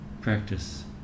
practice